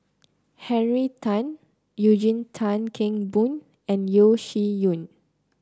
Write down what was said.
Henry Tan Eugene Tan Kheng Boon and Yeo Shih Yun